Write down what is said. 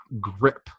grip